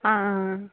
आं